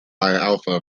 alpha